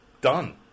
done